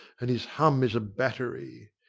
and his hum is a battery.